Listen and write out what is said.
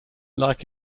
like